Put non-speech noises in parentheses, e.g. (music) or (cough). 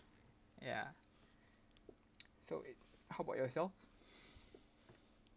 ya (noise) so it how about yourself